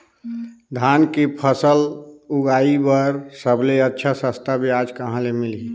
धान के फसल उगाई बार सबले अच्छा सस्ता ब्याज कहा ले मिलही?